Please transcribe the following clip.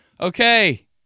Okay